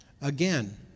Again